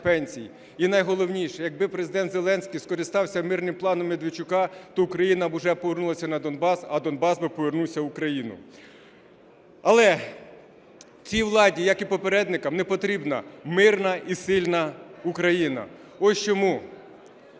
І найголовніше: якби Президент Зеленський скористався мирним планом Медведчука, то Україна уже б повернулася на Донбас, а Донбас би повернувся в Україну. Але цій владі, як і попередникам, не потрібна мирна і сильна України. Ось чому